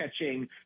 catching